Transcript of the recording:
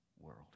world